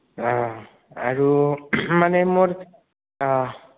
অঁ আৰু মানে মোৰ অঁ